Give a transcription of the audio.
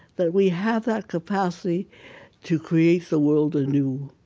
that we have that capacity to create the world anew.